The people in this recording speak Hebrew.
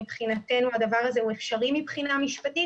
מבחינתנו הדבר הזה הוא אפשרי מבחינה משפטית